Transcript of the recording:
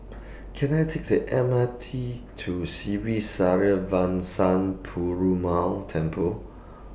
Can I Take The M R T to Sri Srinivasa Perumal Temple